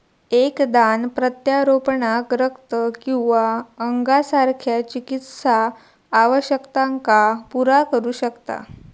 एक दान प्रत्यारोपणाक रक्त किंवा अंगासारख्या चिकित्सा आवश्यकतांका पुरा करू शकता